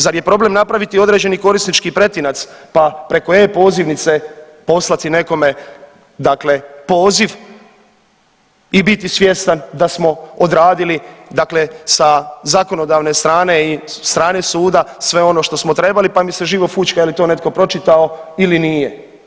Zar je problem napraviti određeni korisnički pretinac, pa preko e-pozivnice poslati nekome dakle poziv i biti svjestan da smo odradili dakle sa zakonodavne strane i strane suda sve ono što smo trebali, pa mi se živo fućka je li to netko pročitao ili nije.